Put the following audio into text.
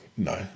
No